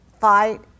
fight